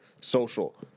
social